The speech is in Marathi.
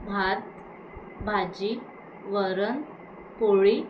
भात भाजी वरण पोळी